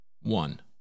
one